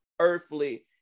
earthly